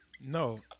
No